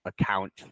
account